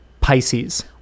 pisces